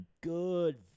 good